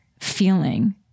feeling